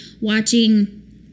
watching